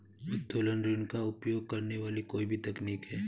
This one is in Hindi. उत्तोलन ऋण का उपयोग करने वाली कोई भी तकनीक है